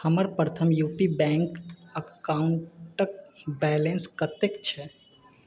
हमर Prathama U P bank अकाउंटके balance कतेक छै